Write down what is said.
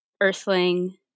earthling